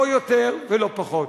לא יותר ולא פחות,